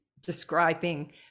describing